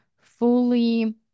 fully